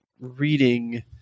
reading